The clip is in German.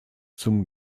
zum